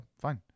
fine